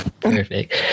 Perfect